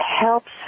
helps